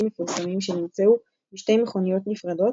מפורסמים שנמצאו בשתי מכוניות נפרדות,